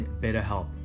BetterHelp